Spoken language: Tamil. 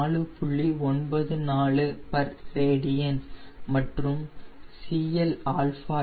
94 rad மற்றும் Clt 6